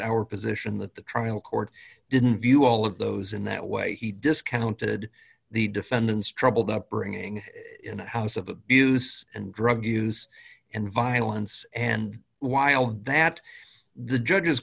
our position that the trial court didn't view all of those in that way he discounted the defendant's troubled upbringing in a house of abuse and drug use and violence and while that the judge